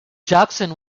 jackson